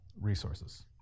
resources